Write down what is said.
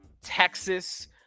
Texas